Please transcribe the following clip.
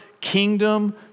kingdom